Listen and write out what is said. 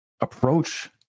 approach